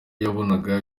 yabonaga